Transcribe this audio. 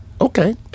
okay